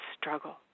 struggle